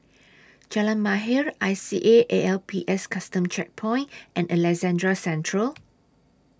Jalan Mahir I C A A L P S Custom Checkpoint and Alexandra Central